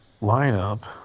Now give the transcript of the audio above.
lineup